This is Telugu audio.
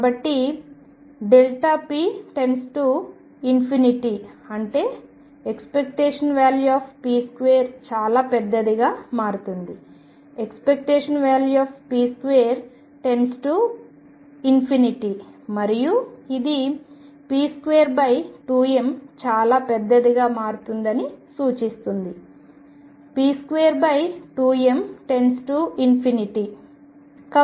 కాబట్టి p → అంటే ⟨p2⟩ చాలా పెద్దదిగా మారుతోంది ⟨p2⟩ → మరియు ఇది p22m చాలా పెద్దదిగా మారుతుందని సూచిస్తుంది p22m →